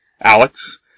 Alex